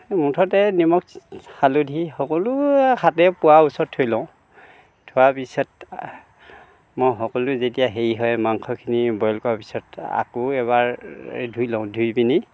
মুঠতে নিমখ হালধি সকলো হাতে পোৱা ওচৰত থৈ লওঁ থোৱা পিছত মই সকলো যেতিয়া হেৰি হয় মাংসখিনি বইল কৰাৰ পিছত আকৌ এবাৰ ধুই লওঁ ধুই পিনি